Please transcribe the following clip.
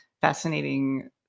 fascinating